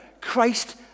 Christ